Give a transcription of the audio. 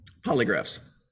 polygraphs